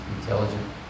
intelligent